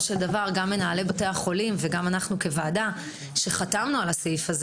של דבר גם מנהלי בתי החולים - וגם אנחנו כוועדה שחתמנו על הסעיף הזה